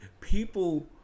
People